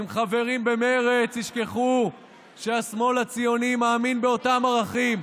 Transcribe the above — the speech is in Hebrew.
אם חברים במרצ ישכחו שהשמאל הציוני מאמין באותם ערכים,